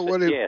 yes